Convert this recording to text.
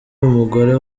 umugore